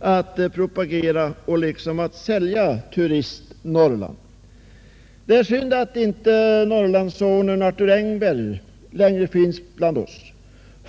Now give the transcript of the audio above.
att propagera för att liksom sälja Turist-Norrland. Det är synd att Norrlandssonen Arthur Engberg icke längre finns bland oss.